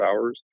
hours